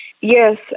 Yes